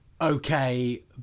okay